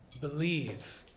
believe